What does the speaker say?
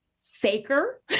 Saker